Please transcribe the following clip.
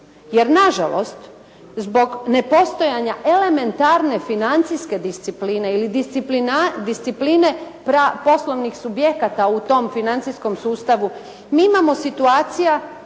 Jer nažalost zbog nepostojanja elementarne financijske discipline, ili discipline poslovnih subjekata u tom financijskom sustavu mi imamo situacija